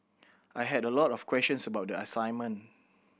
I had a lot of questions about the assignment